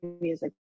music